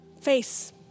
face